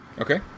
okay